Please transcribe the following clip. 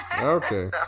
Okay